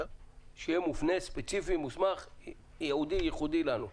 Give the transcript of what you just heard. שיהיה מסמך ספציפי ייעודי וייחודי לנו.